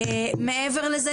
מעבר לזה,